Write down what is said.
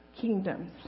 kingdoms